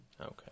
Okay